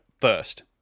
first